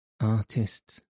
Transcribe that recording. Artists